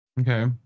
Okay